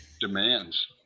demands